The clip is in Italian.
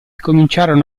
cominciarono